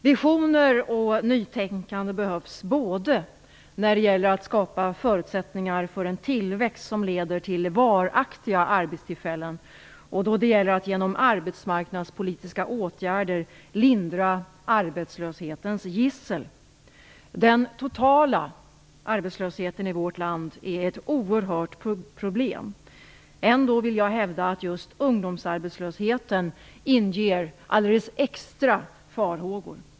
Visioner och nytänkande behövs både när det gäller att skapa förutsättningar för en tillväxt som leder till varaktiga arbetstillfällen och då det gäller att genom arbetsmarknadspolitiska åtgärder lindra arbetslöshetens gissel. Den totala arbetslösheten i vårt land är ett oerhört problem. Ändå vill jag hävda att just ungdomsarbetslösheten inger att det finns extra farhågor.